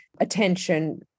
attention